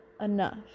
enough